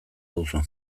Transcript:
duzu